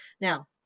Now